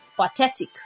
pathetic